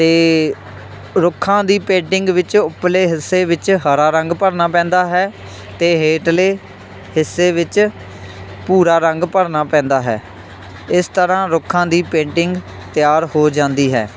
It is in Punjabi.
ਅਤੇ ਰੁੱਖਾਂ ਦੀ ਪੇਂਟਿੰਗ ਵਿੱਚ ਉਪਰਲੇ ਹਿੱਸੇ ਵਿੱਚ ਹਰਾ ਰੰਗ ਭਰਨਾ ਪੈਂਦਾ ਹੈ ਅਤੇ ਹੇਠਲੇ ਹਿੱਸੇ ਵਿੱਚ ਭੂਰਾ ਰੰਗ ਭਰਨਾ ਪੈਂਦਾ ਹੈ ਇਸ ਤਰ੍ਹਾਂ ਰੁੱਖਾਂ ਦੀ ਪੇਂਟਿੰਗ ਤਿਆਰ ਹੋ ਜਾਂਦੀ ਹੈ